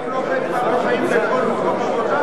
אבל בן-אדם לא עובד פעם בחיים בכל מקום עבודה.